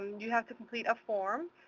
you have to complete a form.